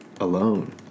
alone